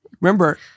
Remember